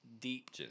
deep